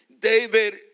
David